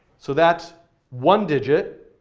so that's one digit.